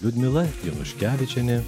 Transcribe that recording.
liudmila januškevičienė